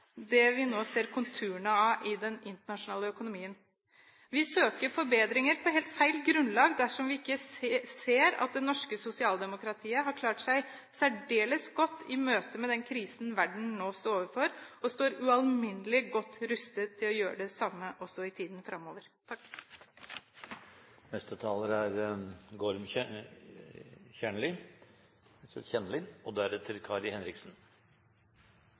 det vi nå ser konturene av i den internasjonale økonomien. Vi søker forbedringer på helt feil grunnlag dersom vi ikke ser at det norske sosialdemokratiet har klart seg særdeles godt i møte med den krisen verden nå står overfor, og står ualminnelig godt rustet til å gjøre det samme også i tiden framover. Mange ord er blitt brukt de siste to månedene om de grufulle og